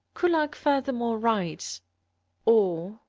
kullak furthermore writes or,